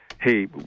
hey